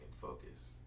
focus